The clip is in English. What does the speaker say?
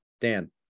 Dan